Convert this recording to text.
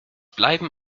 bleiben